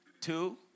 two